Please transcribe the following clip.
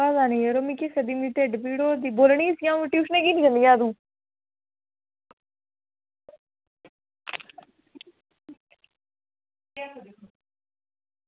पता निं यरो मिगी बोल्ला दी की ढिड्ड पीड़ होआ दी बोलनी उसी की ट्यूशनां ई कीऽ निं जन्नी ऐ तूं